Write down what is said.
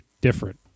different